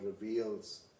reveals